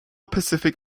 pacific